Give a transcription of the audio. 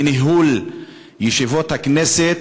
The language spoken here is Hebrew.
מניהול ישיבות הכנסת,